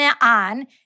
on